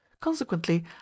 consequently